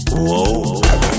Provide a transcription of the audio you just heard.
Whoa